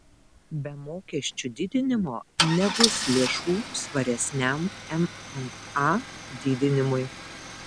be mokesčių didinimo nebus lėšų svaresniam mma didinimui